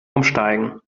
umsteigen